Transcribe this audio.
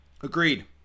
Agreed